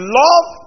love